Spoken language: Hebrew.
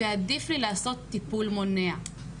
ועדיף לי לעשות טיפול מונע.